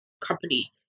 company